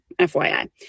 FYI